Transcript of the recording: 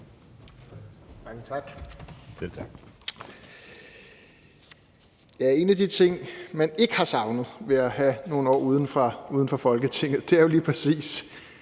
En af de ting, man ikke har savnet ved at have nogle år uden for Folketinget, er lige præcis